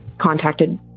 contacted